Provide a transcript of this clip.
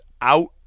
out